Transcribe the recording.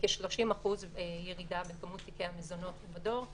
כ-30% ירידה בכמות תיקי המזונות ומדור;